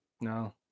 no